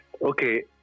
Okay